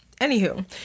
Anywho